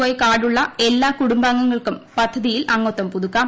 Y കാർഡുള്ള എല്ലാ കുടുംബാംഗങ്ങൾക്കും പദ്ധതിയിൽ അംഗത്വം പുതുക്കാം